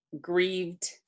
grieved